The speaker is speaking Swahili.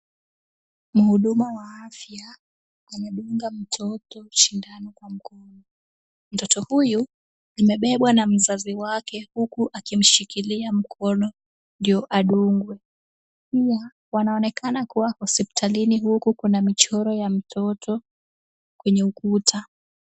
Mhuduma wa afya, amedunga mtoto shindani wa mkono. Mtoto huyu amebebwa na mzazi wake huku akimshikilia mkono ndio adungwe. Pia wanaonekana kuwa hosiptalini huku kuna michoro ya mtoto kwenye ukuta.